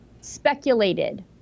speculated